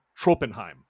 Tropenheim